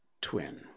twin